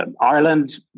Ireland